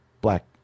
black